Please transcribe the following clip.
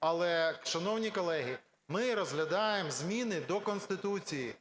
Але, шановні колеги, ми розглядаємо зміни до Конституції.